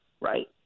right